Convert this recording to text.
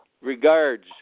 Regards